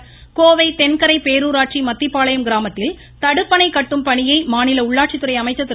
வேலுமணி கோவை தென்கரை பேரூராட்சி மத்திப்பாளையம் கிராமத்தில் தடுப்பணை கட்டும் பணியை மாநில உள்ளாட்சித்துறை அமைச்சர் திரு